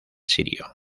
sirio